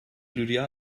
lydia